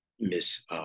Miss